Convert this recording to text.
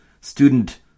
student